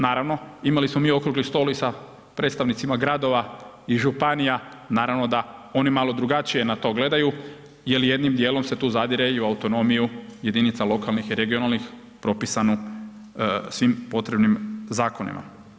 Naravno, imali smo mi okrugli stol i sa predstavnicima gradova i županija, naravno da, oni malo drugačije na to gledaju jer jednim dijelom se tu zadire i u autonomiju jedinica lokalnih i regionalnih propisanu svim potrebnim zakonima.